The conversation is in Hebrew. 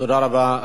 תודה רבה.